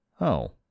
Oh